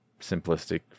simplistic